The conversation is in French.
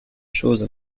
choses